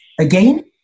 again